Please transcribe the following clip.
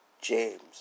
James